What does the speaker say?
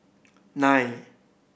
nine